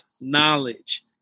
knowledge